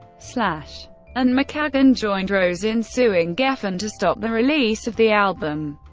slash and mckagan joined rose in suing geffen to stop the release of the album,